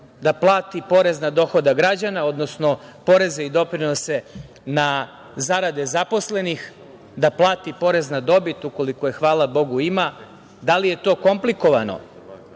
da plati porez na dohodak građana, odnosno poreze i doprinose na zarade zaposlenih, da plati porez na dobit ukoliko je, hvala Bogu, ima, da li je to komplikovano,